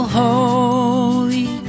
holy